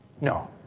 No